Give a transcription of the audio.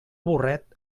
burret